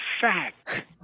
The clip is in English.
fact